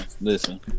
listen